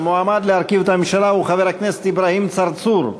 המועמד להרכיב את הממשלה הוא חבר הכנסת אברהים צרצור.